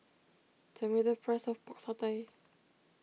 tell me the price of Pork Satay